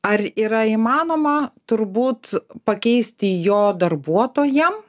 ar yra įmanoma turbūt pakeisti jo darbuotojam